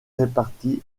répartis